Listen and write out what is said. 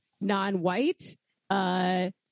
non-white